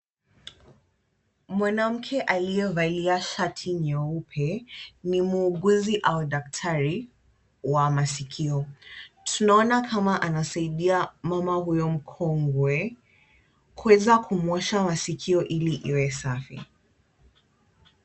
Mwanamke aliyevalia shati nyeupe ni muuguzi au daktari wa masikio. Tunaona kama anasaidia mama huyo mkongwe kuweza kumuosha masikio ili iwe safi.